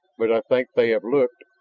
but i think they have looked.